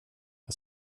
jag